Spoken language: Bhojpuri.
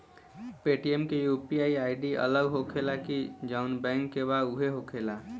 पेटीएम के यू.पी.आई आई.डी अलग होखेला की जाऊन बैंक के बा उहे होखेला?